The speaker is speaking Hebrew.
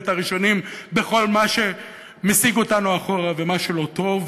ואת הראשונים בכל מה שמסיג אותנו אחורה ומה שלא טוב.